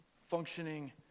functioning